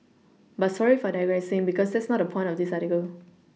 but sorry for digressing because that's not the point of this article